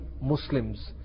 Muslims